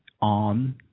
on